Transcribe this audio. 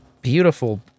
beautiful